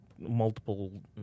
multiple